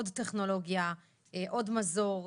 באדר תשפ"ב, 8 בפברואר 2022. על סדר היום: